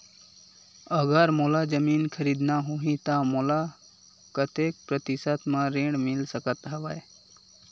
अगर मोला जमीन खरीदना होही त मोला कतेक प्रतिशत म ऋण मिल सकत हवय?